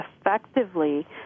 effectively